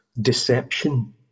deception